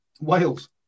Wales